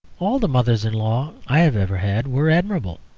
all the mothers-in-law i have ever had were admirable.